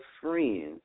friends